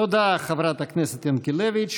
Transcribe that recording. תודה, חברת הכנסת ינקלביץ'.